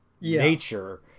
nature